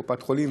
לך לקופת חולים,